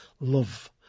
love